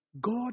God